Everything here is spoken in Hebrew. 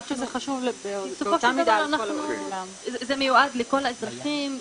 בסופו של דבר זה מיועד לכל האזרחים,